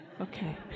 Okay